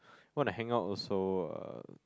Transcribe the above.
want to hang out also uh